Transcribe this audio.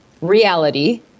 reality